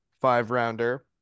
five-rounder